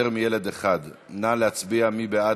החבר'ה שהם חושבים שמצביעים להם,